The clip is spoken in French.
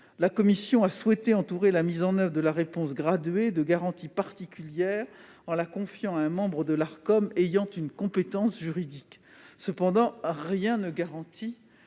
la commission a souhaité entourer la mise en oeuvre de la réponse graduée de garanties particulières, en la confiant à un membre de l'Arcom « ayant une compétence juridique ». Cependant, la composition